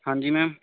ਹਾਂਜੀ ਮੈਮ